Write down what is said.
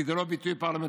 כי זה לא ביטוי פרלמנטרי.